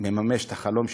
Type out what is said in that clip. מממש את החלום שלו,